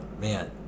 Man